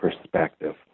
perspective